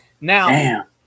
Now